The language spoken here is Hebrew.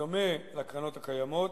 בדומה לקרנות הקיימות,